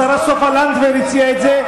השרה סופה לנדבר הציעה את זה,